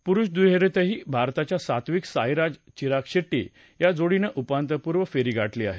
पुरुष दुहेरीतही भारताच्या सात्वीक साईराज चिराग शेट्टी या जोडीनं उपांत्यपूर्व फेरी गाठली आहे